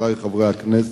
חברי חברי הכנסת,